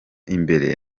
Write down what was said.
imbere